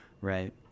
Right